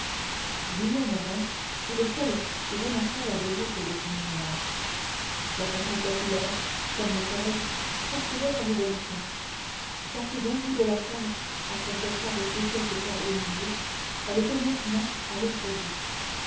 guillaume rym fut le seul qui remarqua la déroute de son éminence l'attention populaire comme le soleil poursuivait sa révolution partie d'un bout de la salle après s'être arrêtée quelque temps au milieu elle était maintenant à l'autre bout